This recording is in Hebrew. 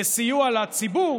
לסיוע לציבור,